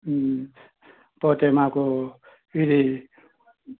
పోతే మాకూ ఇదీ